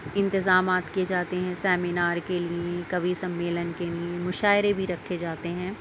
اِنتظامات کئے جاتے ہیں سیمینار کے لیے کوی سمیلن کے لیے مشاعرے بھی رکھے جاتے ہیں